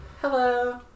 Hello